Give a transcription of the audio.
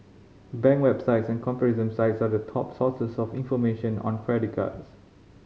bank websites and comparison sites are the top sources of information on credit cards